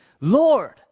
Lord